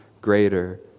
greater